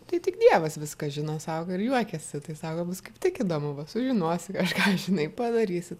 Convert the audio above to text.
tai tik dievas viską žino sako ir juokiasi tai sako bus kaip tik įdomu va sužinosi kažką žinai padarysi